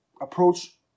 approach